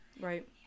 Right